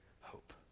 hope